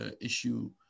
issue